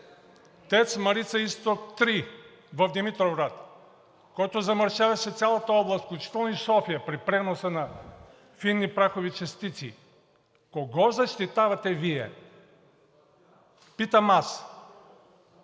ТЕЦ „Марица Изток 3“ в Димитровград, който замърсяваше цялата област, включително и София, при преноса на фини прахови частици. Кого защитавате Вие, питам аз?